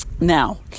Now